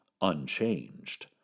unchanged